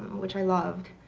which i loved.